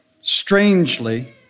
strangely